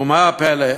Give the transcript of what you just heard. ומה הפלא?